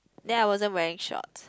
then I wasn't wearing shorts